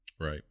Right